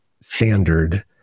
standard